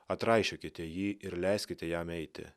atraišiokite jį ir leiskite jam eiti